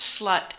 slut